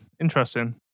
Interesting